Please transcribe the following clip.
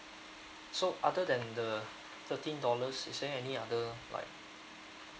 so other than the thirteen dollars is there any other like